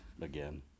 Again